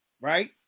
Right